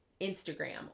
Instagram